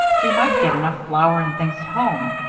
we might get enough flour and things at home.